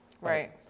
Right